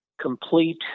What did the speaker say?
complete